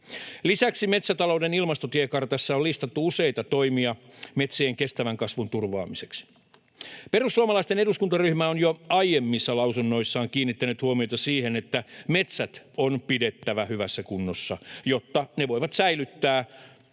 Lisäksi metsätalouden ilmastotiekartassa on listattu useita toimia metsien kestävän kasvun turvaamiseksi. Perussuomalaisten eduskuntaryhmä on jo aiemmissa lausunnoissaan kiinnittänyt huomiota siihen, että metsät on pidettävä hyvässä kunnossa, jotta ne voivat säilyttää luonnon